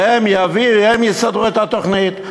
והם יסדרו את התוכנית.